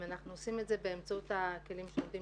אנחנו עושים את זה באמצעות הכלים שעומדים